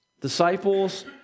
Disciples